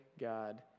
God